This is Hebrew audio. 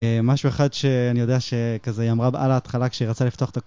משהו אחד שאני יודע שכזה היא אמרה על ההתחלה כשהיא רצתה לפתוח את ה...